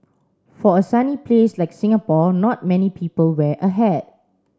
for a sunny place like Singapore not many people wear a hat